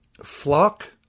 Flock